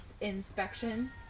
Inspection